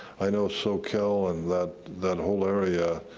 i know soquel and that that whole area,